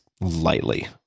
lightly